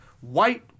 white